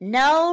no